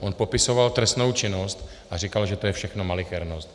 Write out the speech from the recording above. On popisoval trestnou činnost a říkal, že je to všechno malichernost.